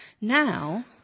Now